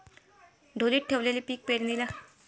ढोलीत ठेवलेलं पीक पेरनीले कामाचं रायते का?